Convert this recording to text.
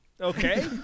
Okay